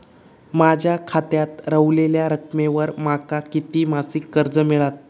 माझ्या खात्यात रव्हलेल्या रकमेवर माका किती मासिक कर्ज मिळात?